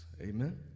Amen